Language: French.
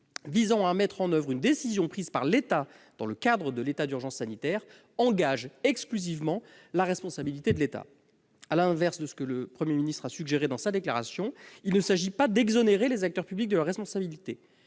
visant à mettre en oeuvre une décision prise par l'État dans le cadre de l'état d'urgence sanitaire engage exclusivement la responsabilité de l'État. À l'inverse de ce que le Premier ministre a suggéré dans sa déclaration, il ne s'agit pas d'exonérer les acteurs publics de leur responsabilité,